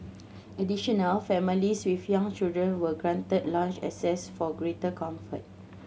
additional families with young children were granted lounge access for greater comfort